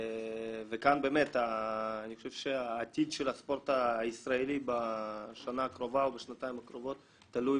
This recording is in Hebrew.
אני חושב שהעתיד של הספורט הישראלי בשנה הקרובה או בשנתיים הקרובות תלוי